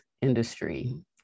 industry